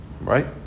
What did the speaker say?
right